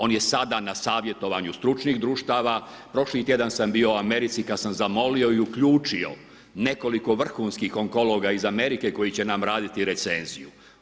On je sada na savjetovanju stručnih društava, prošli tjedan sam bio u Americi kad sam zamolio i uključio nekoliko vrhunski onkologa iz Amerike koji će nam raditi recenziju.